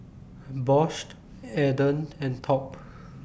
Bosched Aden and Top